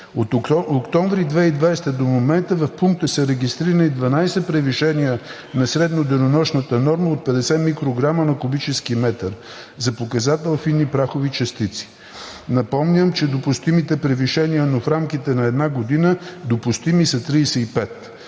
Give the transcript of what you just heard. От октомври 2020 г. до момента в пункта са регистрирани 12 превишения на средноденонощната норма от 50 микрограма на кубически метър за показател фини прахови частици. Напомням, че допустимите превишения, но в рамките на една година – допустими, са 35.